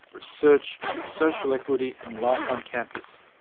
research, social equity and life on campus.